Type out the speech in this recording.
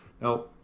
Now